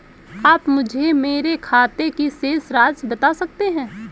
आप मुझे मेरे खाते की शेष राशि बता सकते हैं?